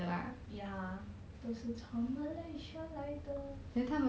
ya 都是从 malaysia 来的